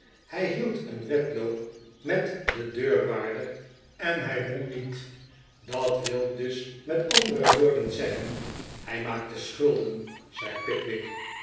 hij hield een wedloop met den deurwaarder en hij won het dat wil dus met andere woorden zeggen hij maakte schulden zei pickwick